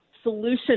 Solution